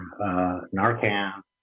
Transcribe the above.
Narcan